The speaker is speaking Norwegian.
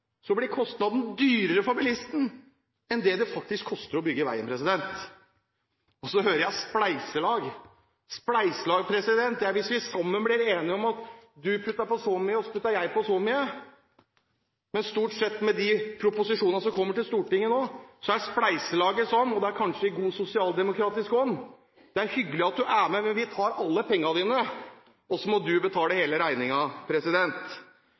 blir kostnadene høyere for bilistene enn det det faktisk koster å bygge veien. Så hører jeg ordet «spleiselag». Spleiselag er hvis vi sammen blir enige om at du putter på så mye, og så putter jeg på så mye. Men stort sett, med de proposisjonene som kommer til Stortinget nå, er spleiselaget sånn – og det er kanskje i god sosialdemokratisk ånd – at det er hyggelig at du er med, men vi tar alle pengene dine, og så må du betale hele